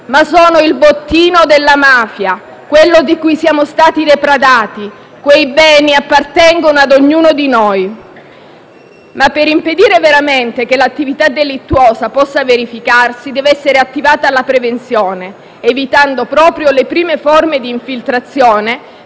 ma sono il bottino della mafia, quello di cui siamo stati depredati: quei beni appartengono ad ognuno di noi - ma, per impedire veramente che l'attività delittuosa possa verificarsi, deve essere attivata la prevenzione, evitando proprio le prime forme di infiltrazione